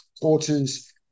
quarters